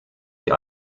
die